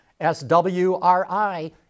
SWRI